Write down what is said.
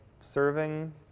serving